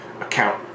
account